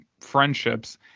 friendships